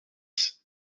six